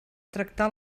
tractar